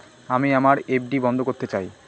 আমি আমার এফ.ডি বন্ধ করতে চাই